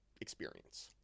experience